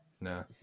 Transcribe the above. No